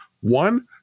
One